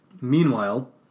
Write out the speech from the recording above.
Meanwhile